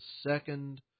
second